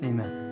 Amen